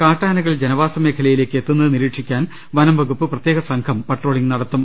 കാട്ടാനകൾ ജനവാസ മേഖലയിലേക്ക് എത്തുന്നത് നിരീക്ഷിക്കാൻ വനം വകുപ്പ് പ്രതേക സംഘം പട്രോളിംങ് നടത്തും